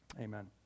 amen